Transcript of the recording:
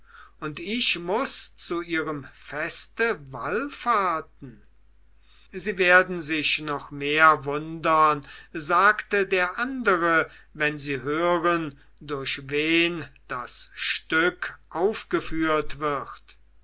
und ich muß zu ihrem feste wallfahrten sie werden sich noch mehr wundern sagte der andere wenn sie hören durch wen das stück aufgeführt wird